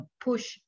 push